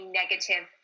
negative